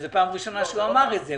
זאת פעם ראשונה שהוא אמר את זה.